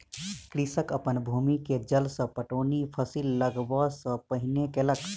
कृषक अपन भूमि के जल सॅ पटौनी फसिल लगबअ सॅ पहिने केलक